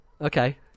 okay